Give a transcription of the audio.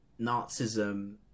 nazism